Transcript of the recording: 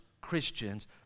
Christians